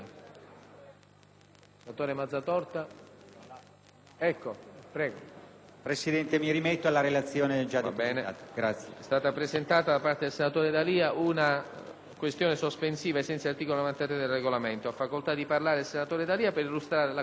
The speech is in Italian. Presidente, mi rimetto alla relazione scritta.